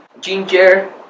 ginger